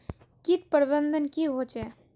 किट प्रबन्धन की होचे?